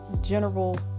general